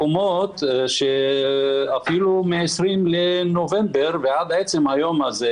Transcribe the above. מקומות אפילו מה-20 בנובמבר ועד עצם היום הזה